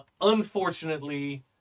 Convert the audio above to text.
Unfortunately